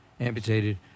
amputated